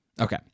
Okay